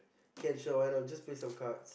can sure why not just play some cards